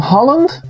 Holland